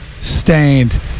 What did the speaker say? stained